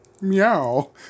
Meow